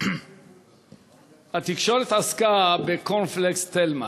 התקשורת עסקה בקורנפלקס "תלמה"